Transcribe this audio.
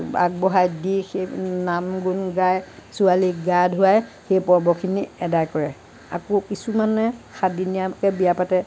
আগবঢ়াই দি সেই নাম গুণ গাই ছোৱালীক গা ধুৱাই সেই পৰ্বখিনি আদায় কৰে আকৌ কিছুমানে সাতদিনীয়াকে বিয়া পাতে